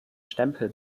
stempel